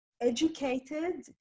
educated